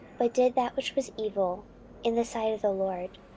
but did that which was evil in the sight of the lord,